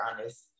honest